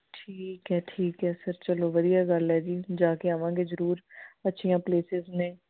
ਠੀਕ ਹੈ ਠੀਕ ਹੈ ਸਰ ਚਲੋ ਵਧੀਆ ਗੱਲ ਹੈ ਜੀ ਜਾ ਕੇ ਆਵਾਂਗੇ ਜ਼ਰੂਰ ਅੱਛੀਆਂ ਪਲੇਸਿਸ ਨੇ